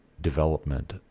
development